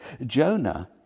Jonah